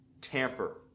tamper